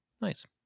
Nice